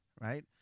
Right